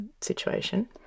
situation